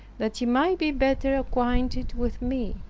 that he might be better acquainted with me.